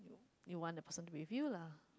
you want the person to be with you lah